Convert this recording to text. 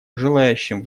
желающим